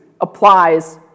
applies